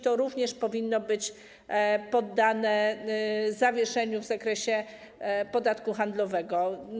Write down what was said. To również powinno być poddane zawieszeniu w zakresie podatku handlowego.